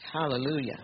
Hallelujah